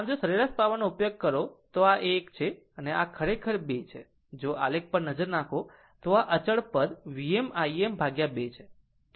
આમ જો સરેરાશ પાવરનો ઉપયોગ કરો તો આ એક છે આ ખરેખર આ 2 છે જો આલેખ પર નજર નાખો તો આ અચળ પદ Vm Im2 છે